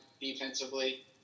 defensively